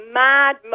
mad